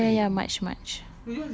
march oh ya ya ya march march